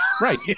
Right